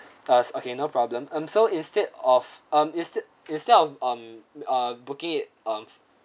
ah okay no problem um so instead of um instead instead of um uh booking it um